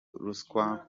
ruswa